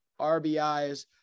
RBIs